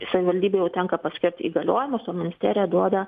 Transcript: savivaldybei jau tenka paskirti įgaliojimus o ministerija duoda